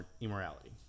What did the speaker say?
immorality